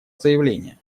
заявления